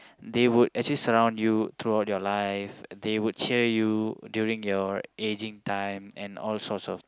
they would actually surround you throughout your life they would cheer you during your aging time and all sorts of thing